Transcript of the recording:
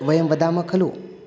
वयं वदामः खलु